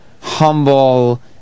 Humble